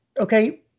okay